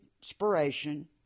inspiration